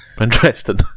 Interesting